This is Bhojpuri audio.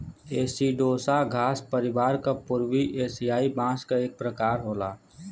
एसिडोसा घास परिवार क पूर्वी एसियाई बांस क एक प्रकार होला